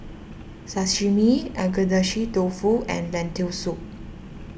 Sashimi Agedashi Dofu and Lentil Soup